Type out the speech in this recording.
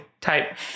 type